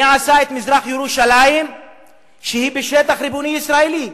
מי עשה את מזרח-ירושלים שהיא בשטח ריבוני ישראלי?